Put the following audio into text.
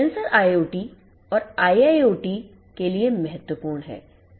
sensor IoT और IIoT के लिए महत्वपूर्ण हैं